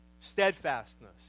steadfastness